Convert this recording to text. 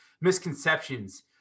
misconceptions